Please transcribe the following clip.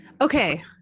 okay